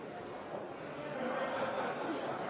store